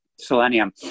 selenium